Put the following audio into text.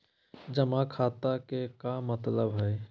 जमा खाता के का मतलब हई?